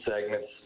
segments